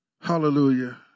Hallelujah